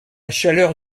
chaleur